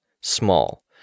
small